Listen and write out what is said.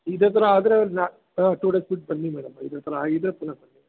ಇದೇ ಥರ ಆದರೆ ನಾ ಹಾಂ ಟು ಡೇಸ್ ಬಿಟ್ಟು ಬನ್ನಿ ಮೇಡಮ್ ಇದೇ ಥರ ಆಗಿದ್ದರೆ ಪುನಃ ಬನ್ನಿ